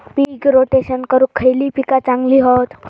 पीक rotation करूक खयली पीका चांगली हत?